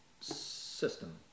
system